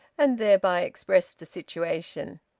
and thereby expressed the situation.